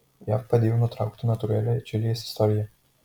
jav padėjo nutraukti natūralią čilės istoriją